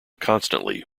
constantly